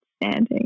Standing